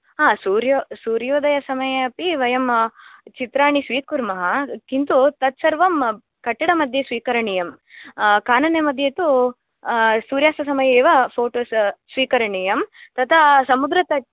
हा सूर्योदये समये अपि वयं चित्राणि स्वीकुर्मः किन्तु तद् सर्वं कट्टड मध्ये स्वीकरणीयं काननमध्ये तु सूर्यस्य समये एव फो़टो स्वीकरणीयं ततः समुद्रतट